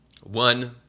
One